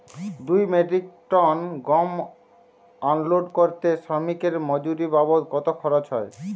দুই metric ton গম unload করতে শ্রমিক এর মজুরি বাবদ কত খরচ হয়?